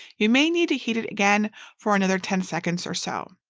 you may need to heat it again for another ten seconds or so.